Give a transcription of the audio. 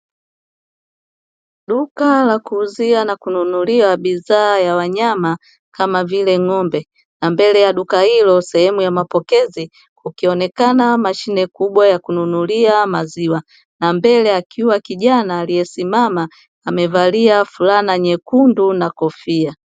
Duka la kuuzia na kununulia bidhaa ya wanyama kama vile ng'ombe, na mbele ya duka hilo sehemu ya mapokezi kukionekana mashine kubwa ya kununulia maziwa na mbele akiwa kijana aliyesimama amevalia fulana nyekundu na kofia.